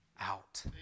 out